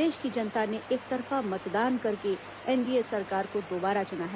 देश की जनता ने एकतरफा मतदान करके एनडीए सरकार को दोबारा चुना है